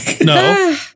No